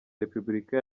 repubulika